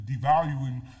devaluing